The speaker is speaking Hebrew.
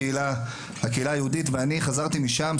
הקהילה היהודית ואני חזרתי משם,